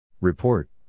Report